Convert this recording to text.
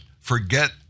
Forget